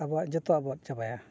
ᱟᱵᱚᱣᱟᱜ ᱡᱚᱛᱚᱣᱟᱜ ᱵᱚᱱ ᱟᱫ ᱪᱟᱵᱟᱭᱟ